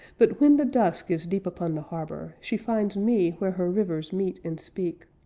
but when the dusk is deep upon the harbor, she finds me where her rivers meet and speak,